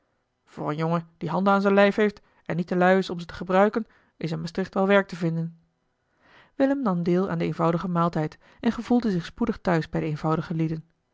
een jongen die handen aan zijn lijf heeft en niet te lui is om ze te gebruiken is in maastricht wel werk te vinden willem nam deel aan den eenvoudigen maaltijd en gevoelde zich spoedig thuis bij de eenvoudige lieden